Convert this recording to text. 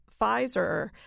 Pfizer